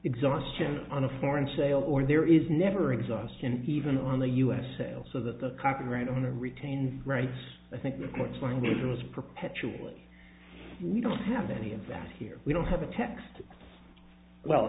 exhaustion on a foreign sales or there is never exhaustion even on the u s sales so that the copyright owner retains rights i think the courts are neighbors perpetually we don't have any of that here we don't have a text well